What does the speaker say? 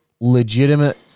legitimate